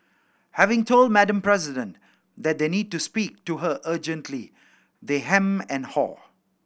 having told Madam President that they need to speak to her urgently they hem and haw